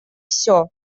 все